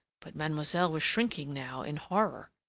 but mademoiselle was shrinking now, in horror.